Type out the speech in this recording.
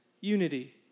unity